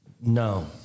No